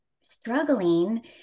struggling